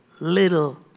little